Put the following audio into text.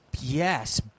Yes